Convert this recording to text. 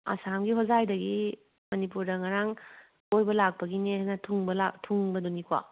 ꯑꯁꯥꯝꯒꯤ ꯍꯣꯖꯥꯏꯗꯒꯤ ꯃꯅꯤꯄꯨꯔꯗ ꯉꯔꯥꯡ ꯀꯣꯏꯕ ꯂꯥꯛꯄꯒꯤꯅꯦꯅ ꯊꯨꯡꯕꯗꯨꯅꯤꯀꯣ